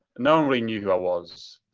no one really knew who i was.